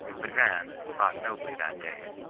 le grand fought nobly that day.